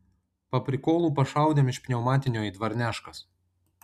paprikolu pašaudėm iš pniaumatinio į dvarneškas